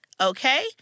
Okay